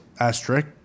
Asterisk